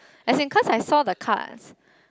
as it cause I saw the cards